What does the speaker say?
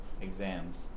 exams